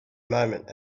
moment